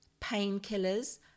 painkillers